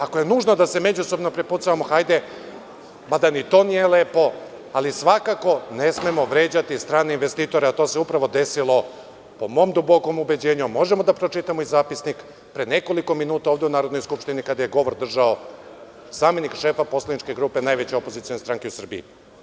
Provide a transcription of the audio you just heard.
Ako je nužno da se međusobno prepucavamo, hajde, mada ni to nije lepo, ali svakako ne smemo vređati strane investitore a to se upravo desilo, po mom dubokom ubeđenju, a možemo i da pročitamo zapisnik, pre nekoliko minuta ovde u Narodnoj skupštini, kada je govor držao zamenik šefa poslaničke grupe najveće opozicione stranke u Srbiji.